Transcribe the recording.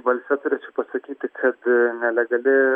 balse turėčiau pasakyti kad nelegali